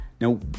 Now